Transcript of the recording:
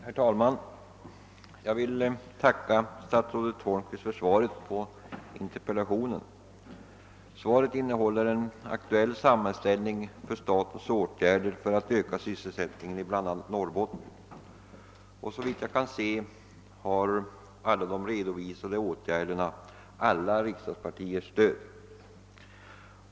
Herr talman! Jag ber att få tacka statsrådet Holmqvist för svaret på min interpellation. Svaret innehåller en aktuell sammanställning av statens åtgärder för att öka sysselsättningen i bl.a. Norrbotten, och såvitt jag kan se har alla de redovisade åtgärderna samtliga riksdagspartiers stöd.